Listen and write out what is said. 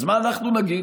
אז מה אנחנו נגיד?